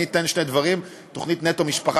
אני אתן שני דברים: תוכנית "נטו משפחה",